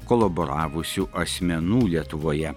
kolaboravusių asmenų lietuvoje